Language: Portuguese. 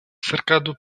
cercado